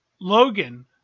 Logan